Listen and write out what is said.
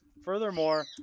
Furthermore